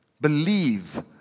Believe